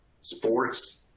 sports